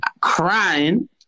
Crying